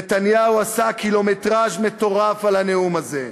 נתניהו עשה קילומטרז' מטורף על הנאום הזה.